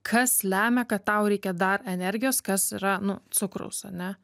kas lemia kad tau reikia dar energijos kas yra nu cukrus ane